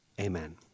Amen